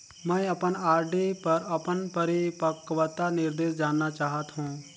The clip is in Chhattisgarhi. मैं अपन आर.डी पर अपन परिपक्वता निर्देश जानना चाहत हों